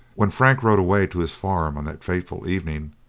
when frank rode away to his farm on that fateful evening,